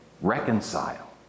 reconcile